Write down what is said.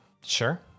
Sure